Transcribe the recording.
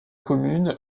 commune